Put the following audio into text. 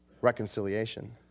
reconciliation